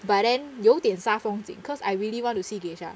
but then 有点杀风景 cause I really want to see geisha